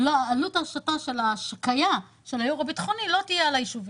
עלות ההשתה של ההשקיה של הייעור הביטחוני לא תהיה על היישובים.